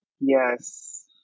Yes